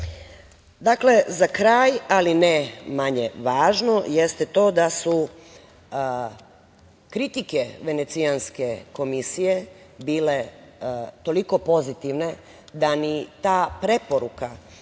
za kraj, ali ne manje važno jeste to da su kritike Venecijanske komisije bile toliko pozitivne da ni ta preporuka